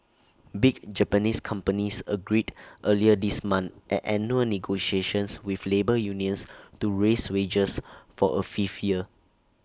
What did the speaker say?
big Japanese companies agreed earlier this month at annual negotiations with labour unions to raise wages for A fifth year